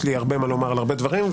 יש לי הרבה מה לומר על הרבה דברים.